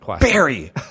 Barry